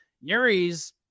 Yuri's